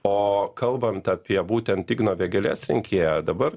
o kalbant apie būtent igno vėgėlės rinkėją dabar